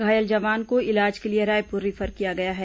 घायल जवान को इलाज के लिए रायपुर रिफर किया गया है